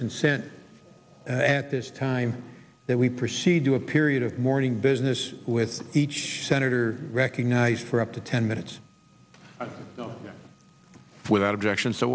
consent at this time that we proceed to a period of morning business with each senator recognized for up to ten minutes without objection so